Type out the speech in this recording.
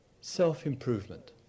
self-improvement